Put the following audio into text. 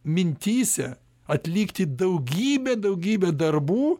mintyse atlikti daugybę daugybę darbų